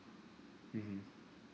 mmhmm